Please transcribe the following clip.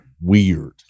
weird